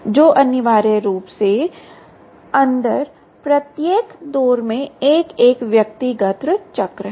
जो अनिवार्य रूप से अंदर प्रत्येक दौर में एक एक व्यक्तिगत चक्र है